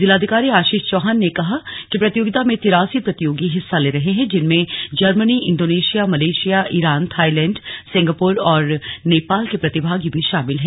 जिलाधिकारी आशीष चौहान ने कहा कि प्रतियोगिता में तिरासी प्रतियोगी हिस्सा ले रहे हैं जिनमें Germany Indonesia Iran Thailand Singapore और नेपाल के प्रतिभागी भी शामिल हैं